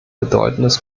bedeutendes